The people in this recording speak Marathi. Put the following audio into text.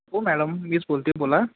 हो मॅडम मीच बोलतो आहे बोला